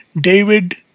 David